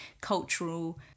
cultural